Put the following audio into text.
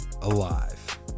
alive